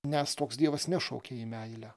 nes toks dievas nešaukia į meilę